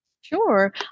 Sure